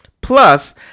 plus